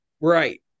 Right